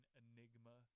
enigma